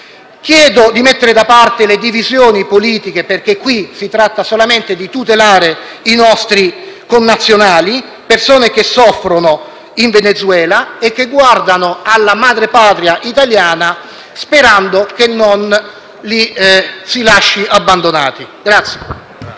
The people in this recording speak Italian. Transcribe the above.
dunque di mettere da parte le divisioni politiche, perché qui si tratta solamente di tutelare i nostri connazionali che soffrono in Venezuela e che guardano alla madrepatria italiana sperando che non li abbandoni.